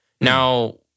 Now